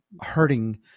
hurting